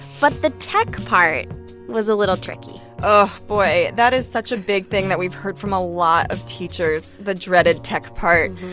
but the tech part was a little tricky oh, boy. that is such a big thing that we've heard from a lot of teachers the dreaded tech part.